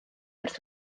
wrth